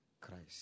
Christ